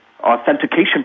authentication